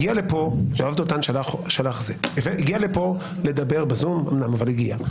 הגיע לכאן יואב דותן, אמנם לדבר בזום אבל הגיע.